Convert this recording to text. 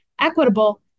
equitable